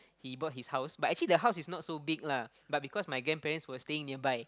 he bought his house but actually the house is not so big lah but because my grandparents were staying nearby